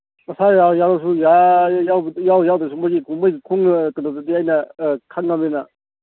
ꯃꯁꯥ ꯌꯥꯎꯔꯁꯨ ꯌꯥꯏ ꯌꯥꯎꯗ꯭ꯔꯁꯨ ꯃꯣꯏꯗꯤ ꯀꯩꯅꯣꯗꯨꯗꯤ ꯑꯩꯅ ꯈꯪꯉꯝꯅꯤꯅ